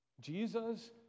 Jesus